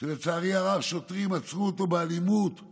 שלצערי הרב שוטרים עצרו אותו באלימות כי